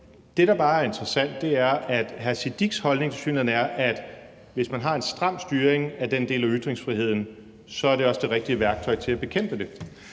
det, der bare er interessant, er, at hr. Sikandar Siddiques holdning tilsyneladende er, at hvis man har en stram styring af den del af ytringsfriheden, så er det også det rigtige værktøj til at bekæmpe det.